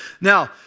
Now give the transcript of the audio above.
now